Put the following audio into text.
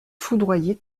foudroyer